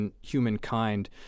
humankind